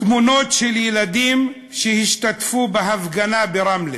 תמונות של ילדים שהשתתפו בהפגנה ברמלה,